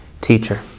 teacher